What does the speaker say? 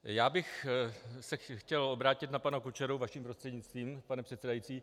Chtěl bych se obrátit na pana Kučeru vaším prostřednictvím, pane předsedající.